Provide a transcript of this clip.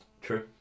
True